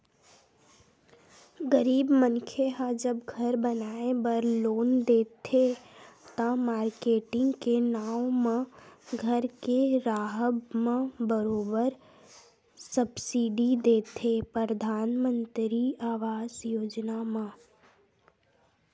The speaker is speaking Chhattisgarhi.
गरीब मनखे ह जब घर बनाए बर लोन देथे त, मारकेटिंग के नांव म घर के राहब म बरोबर सब्सिडी देथे परधानमंतरी आवास योजना म